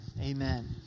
Amen